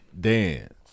dance